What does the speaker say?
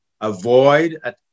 Avoid